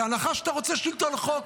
בהנחה שאתה רוצה שלטון חוק,